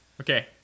Okay